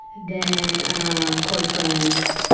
than call friends,